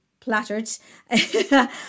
plattered